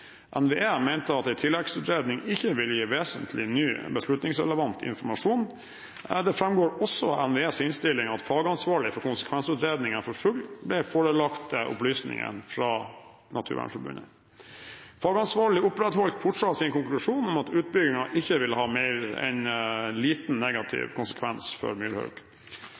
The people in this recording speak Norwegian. NVE mente at en tilleggsutredning ikke ville gi vesentlig ny beslutningsrelevant informasjon. Det framgår også av NVEs innstilling at fagansvarlig for konsekvensutredningen for fugl ble forelagt opplysningene fra Naturvernforbundet. Fagansvarlig opprettholdt fortsatt sin konklusjon om at utbyggingen ikke ville ha mer enn en liten negativ konsekvens for